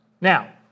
Now